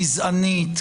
גזענית,